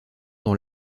dans